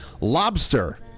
Lobster